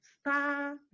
Star